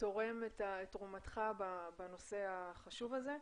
תורם את תרומתך בנושא החשוב הזה,